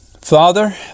Father